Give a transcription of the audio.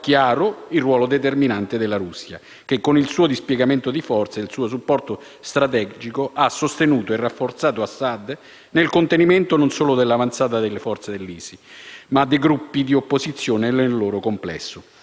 chiaro il ruolo determinante della Russia, che, con il suo dispiegamento di forze e il suo supporto strategico, ha sostenuto e rafforzato Assad nel contenimento dell'avanzata non solo delle forze dell'ISIS, ma anche dei gruppi di opposizione nel loro complesso.